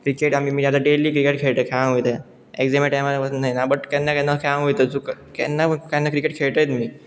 cricket आमी आतां daily क्रिकेटे खेळां वयता एग्जमी टायमार वसना बट केन्ना केन्ना खेळोंक वयता सो केन्ना केन्ना क्रिकेट खेळतय मी